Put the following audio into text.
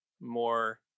more